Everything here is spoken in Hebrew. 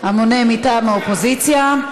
המונה מטעם האופוזיציה.